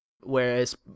Whereas